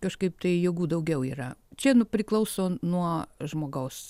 kažkaip tai jėgų daugiau yra čia nu priklauso nuo žmogaus